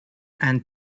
and